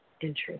interest